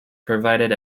provided